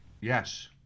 Yes